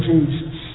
Jesus